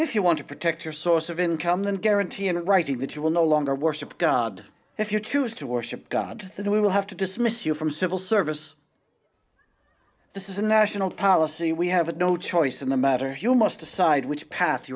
if you want to protect your source of income and guarantee in writing that you will no longer worship god if you choose to worship god then we will have to dismiss you from civil service this is a national policy we have a no choice in the matter you must decide which path you